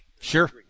Sure